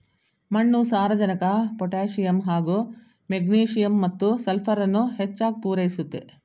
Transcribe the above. ಮಣ್ಣು ಸಾರಜನಕ ಪೊಟ್ಯಾಸಿಯಮ್ ಹಾಗೂ ಮೆಗ್ನೀಸಿಯಮ್ ಮತ್ತು ಸಲ್ಫರನ್ನು ಹೆಚ್ಚಾಗ್ ಪೂರೈಸುತ್ತೆ